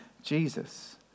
Jesus